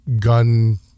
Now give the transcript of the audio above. gun